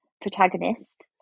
protagonist